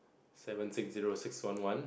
seven six zero six one one